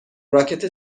راکت